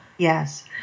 Yes